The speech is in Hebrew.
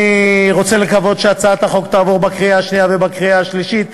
אני רוצה לקוות שהצעת החוק תעבור בקריאה שנייה ובקריאה שלישית,